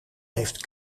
heeft